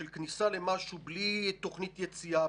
של כניסה למשהו בלי תוכנית יציאה,